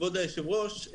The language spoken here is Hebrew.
כבוד היושב-ראש.